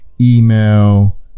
email